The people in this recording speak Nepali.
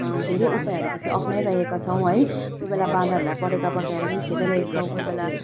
धेरै उपयाहरू चाहिँ अप्नाइरहेका छौँ है कोही बेला बाँदरहरूलाई पटेका पड्काएर पनि खेदाइरहेका छौँ कोही बेला